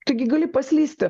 taigi gali paslysti